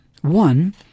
One